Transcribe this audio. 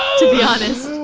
to be honest.